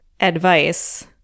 advice